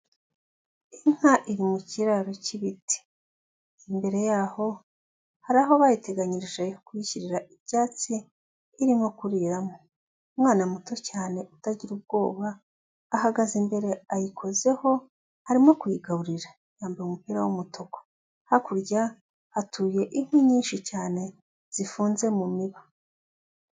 Inka iri mu kiraro cy'ibiti, imbere yaho hari aho bayiteganyirije kuyishyirira icyatsi irimo kuriramo, umwana muto cyane utagira ubwoba ahagaze imbere ayikozeho harimo kuyigaburira yambaye umupira w'umutuku, hakurya hatuye inkwi nyinshi cyane zifunze mu miba